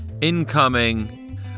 incoming